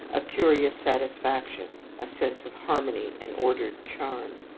a curious satisfaction, a sense of harmony and ordered charm.